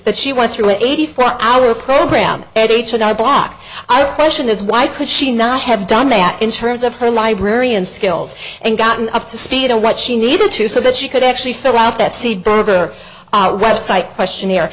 that she went through an eighty five hour program at h and r block i question is why could she not have done that in terms of her librarian skills and gotten up to speed on what she needed to so that she could actually fill out that seed burger website questionnaire